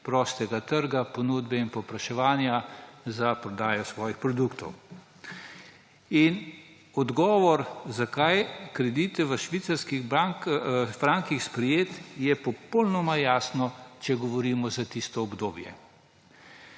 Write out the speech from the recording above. prostega trga ponudbe in povpraševanja za prodajo svojih produktov. Odgovor, zakaj kredite v švicarskih frankih sprejeti, je popolnoma jasen, če govorimo za tisto obdobje.